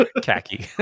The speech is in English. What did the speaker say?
khaki